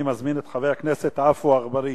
אני מזמין את חבר הכנסת עפו אגבאריה.